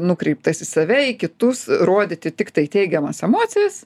nukreiptas į save į kitus rodyti tiktai teigiamas emocijas